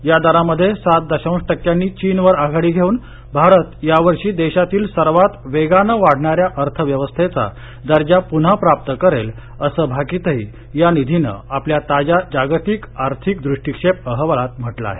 या दरामध्ये सात दशांश टक्क्यांनी चीनवर आघाडी घेऊन भारत या वर्षी देशातील सर्वात वेगानं वाढणाऱ्या अर्थव्यवस्थेचा दर्जा पुन्हा प्राप्त करेल असं भाकितही या निधीनं आपल्या ताज्या जागतिक आर्थिक दृष्टिक्षेप अहवालात म्हटलं आहे